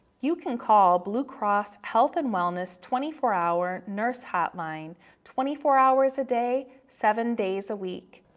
you can call blue cross health and wellness twenty four hour nurse hotline twenty four hours a day, seven days a week.